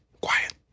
quiet